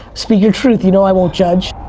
speak your truth, you know i won't judge.